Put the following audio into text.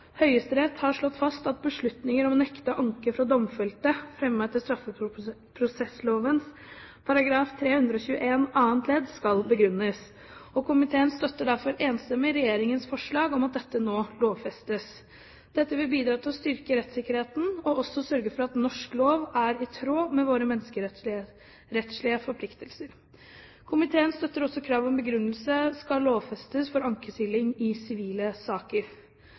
Høyesterett har slått fast at beslutninger om å nekte anke fra domfelte fremmet etter straffeprosessloven § 321 annet ledd skal begrunnes. Komiteen støtter derfor enstemmig regjeringens forslag om at dette nå lovfestes. Dette vil bidra til å styrke rettssikkerheten og også sørge for at norsk lov er i tråd med våre menneskerettslige forpliktelser. Komiteen støtter også at krav om begrunnelse skal lovfestes for ankesiling i sivile saker.